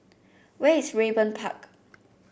where is Raeburn Park